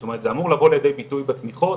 זאת אומרת זה אמור לבוא לידי ביטוי בתמיכות.